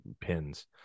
pins